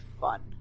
fun